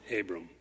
Abram